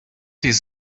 his